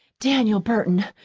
daniel burton,